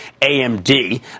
AMD